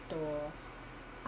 to